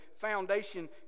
foundation